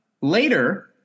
Later